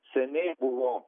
seniai buvo